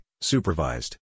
supervised